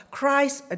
Christ